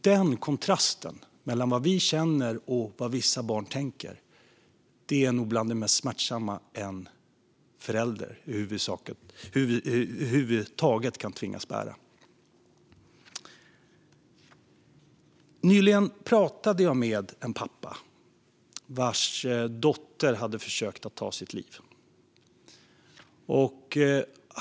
Den kontrasten mellan vad vi känner och vad vissa barn tänker är nog bland det mest smärtsamma en förälder över huvud taget kan tvingas bära. Nyligen pratade jag med en pappa vars dotter hade försökt att ta sitt liv.